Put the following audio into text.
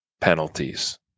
penalties